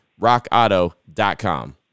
rockauto.com